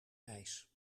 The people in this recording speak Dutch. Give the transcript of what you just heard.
ijs